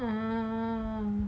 oh